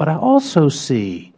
but i also see